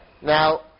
Now